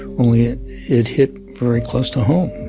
only it it hit very close to home